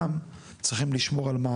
צריכים לשמור על כבודם,